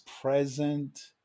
present